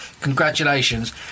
Congratulations